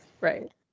right